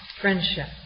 friendship